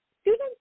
students